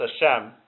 Hashem